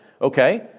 Okay